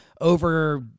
over